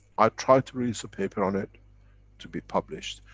i'll try to release a paper on it to be published.